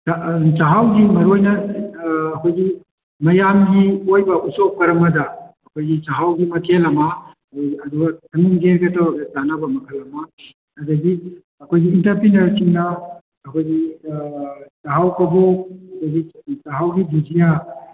ꯆꯥꯛꯍꯥꯎꯁꯤ ꯃꯔꯨ ꯑꯣꯏꯅ ꯍꯧꯖꯤꯛ ꯃꯌꯥꯝꯒꯤ ꯑꯣꯏꯕ ꯌꯨꯁꯣꯞ ꯀꯔꯃꯗ ꯑꯩꯈꯣꯏꯒꯤ ꯆꯥꯛꯍꯥꯎꯒꯤ ꯃꯊꯦꯜ ꯑꯃ ꯑꯗꯨꯒ ꯁꯪꯒꯣꯝ ꯈ꯭꯭ꯔꯦꯔꯒ ꯇꯧꯔꯒ ꯆꯟꯅꯕ ꯃꯈꯜ ꯑꯃ ꯑꯗꯩꯗꯤ ꯑꯩꯈꯣꯏꯒꯤ ꯑꯦꯟꯇꯔꯄ꯭ꯔꯦꯅꯔ ꯁꯤꯡꯅ ꯑꯩꯈꯣꯏꯒꯤ ꯆꯥꯛꯍꯥꯎ ꯀꯕꯣꯛ ꯑꯗꯒꯤ ꯆꯥꯛꯍꯥꯎꯒꯤ ꯕꯨꯖꯤꯌꯥ